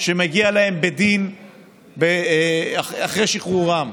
שמגיע להם בדין אחרי שחרורם.